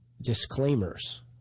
disclaimers